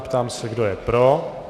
Ptám se, kdo je pro.